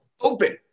open